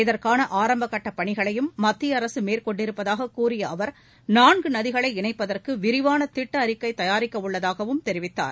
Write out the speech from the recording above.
இதற்கான ஆரம்பகட்ட பணிகளையும் மத்திய அரசு மேற்கொண்டிருப்பதாக கூறிய அவர் நான்கு நதிகளை இணைப்பதற்கு விரிவான திட்ட அறிக்கை தயாரிக்க உள்ளதாகவும் அவர் தெரிவித்தார்